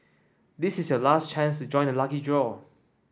this is your last chance to join the lucky draw